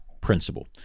principle